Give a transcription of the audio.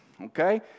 okay